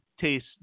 taste